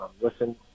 listen